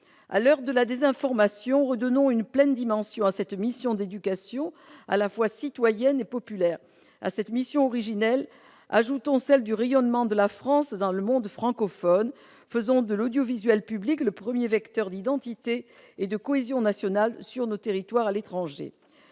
À l'heure de la désinformation, redonnons une pleine dimension à cette mission d'éducation à la fois citoyenne et populaire. À cette mission originelle, ajoutons celle du rayonnement de la France dans le monde francophone. Faisons de l'audiovisuel public le premier vecteur d'identité et de cohésion nationale sur nos territoires et à l'étranger.